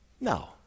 No